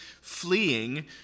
fleeing